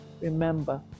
Remember